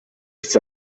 nichts